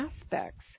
aspects